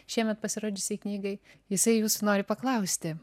šiemet pasirodžiusiai knygai jisai nori paklausti